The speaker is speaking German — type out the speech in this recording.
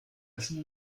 ist